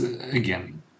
again